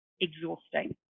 exhausting